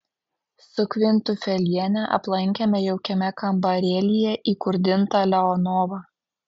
su kvintufeliene aplankėme jaukiame kambarėlyje įkurdintą leonovą